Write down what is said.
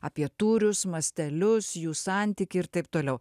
apie tūrius mastelius jų santykį ir taip toliau